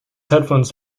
headphones